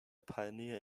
pioneer